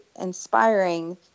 inspiring